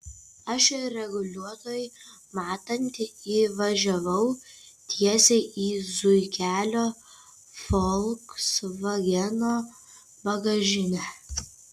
aš reguliuotojui matant įvažiavau tiesiai į zuikelio folksvageno bagažinę